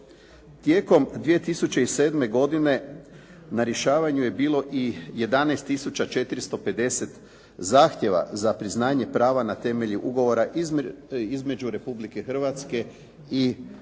Tijekom 2007. godine na rješavanju je bilo i 11 tisuća 450 zahtjeva za priznanje prava na temelju ugovora između Republike Hrvatske i Bosne